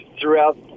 throughout